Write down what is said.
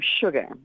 sugar